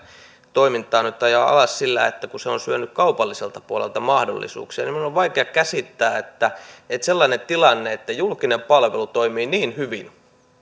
toimintaa nyt ajaa alas siksi että se on syönyt kaupalliselta puolelta mahdollisuuksia niin minun on vaikea käsittää että että sellainen tilanne että julkinen palvelu toimii niin hyvin